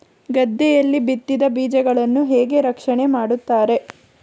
ಗದ್ದೆಯಲ್ಲಿ ಬಿತ್ತಿದ ಬೀಜಗಳನ್ನು ಹೇಗೆ ರಕ್ಷಣೆ ಮಾಡುತ್ತಾರೆ?